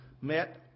met